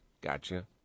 gotcha